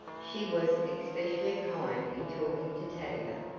she was especially kind in talking to tavia,